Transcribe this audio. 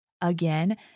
Again